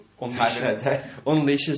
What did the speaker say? unleashes